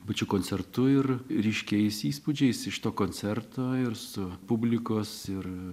pačiu koncertu ir ryškiais įspūdžiais iš to koncerto ir su publikos ir